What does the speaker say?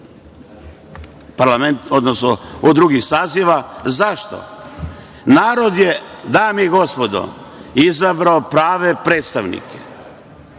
parlamenata, odnosno od drugih saziva. Zašto? Narod je, dame i gospodo, izabrao prave predstavnike.